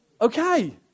okay